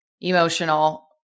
emotional